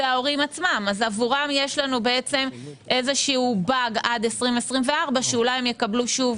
זה ההורים עצמם אז עבורם יש לנו באג עד 2024 שאולי יקבלו שוב